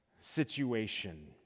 situation